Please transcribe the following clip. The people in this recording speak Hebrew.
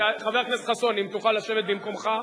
חבר הכנסת חסון, אם תוכל לשבת במקומך.